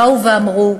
באו ואמרו: